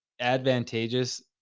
advantageous